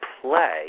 play